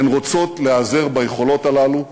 הן רוצות להיעזר ביכולות הללו,